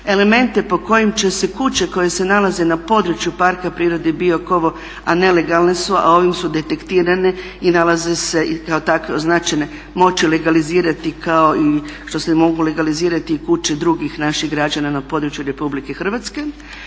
elemente po kojim će se kuće koje se nalaze na području Parka prirode Biokovo a nelegalne su a ovim su detektirane i nalaze se kao takve označene moći legalizirati kao i što se mogu legalizirati i kuće drugih naših građana na području RH. Ovim prostornim